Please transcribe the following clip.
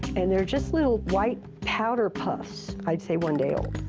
and they're just little white powder puffs. i'd say one day old.